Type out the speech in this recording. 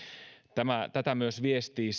tätä viestii